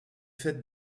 faite